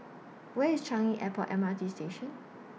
Where IS Changi Airport M R T Station